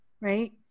right